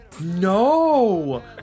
No